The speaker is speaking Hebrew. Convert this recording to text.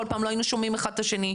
כל פעם לא היינו שומעים אחד את השני.